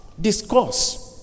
discuss